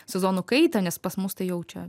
sezonų kaita nes pas mus tai jau čia